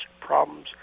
problems